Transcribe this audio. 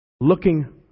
looking